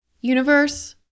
universe